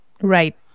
Right